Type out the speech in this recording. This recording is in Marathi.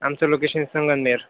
आमचं लोकेशन संगमनेर